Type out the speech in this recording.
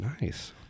Nice